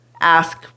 ask